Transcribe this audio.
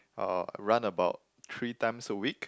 uh I run about three times a week